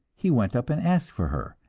he went up and asked for her,